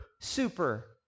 super